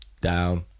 down